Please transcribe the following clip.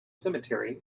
cemetery